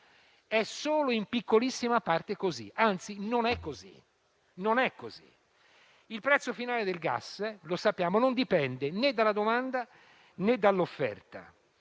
solo in piccolissima parte è così; anzi, non è così. Non lo è. Il prezzo finale del gas - lo sappiamo - non dipende né dalla domanda né dall'offerta;